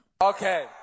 Okay